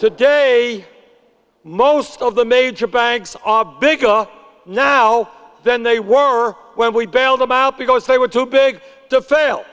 to day most of the major banks are big off now than they were when we bailed them out because they were too big to fail